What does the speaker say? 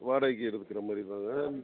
வாடகைக்கு இருக்கிற மாதிரி பாருங்கள்